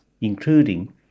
including